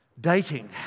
Dating